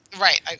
Right